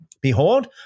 Behold